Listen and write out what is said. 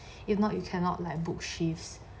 if not you cannot like book shifts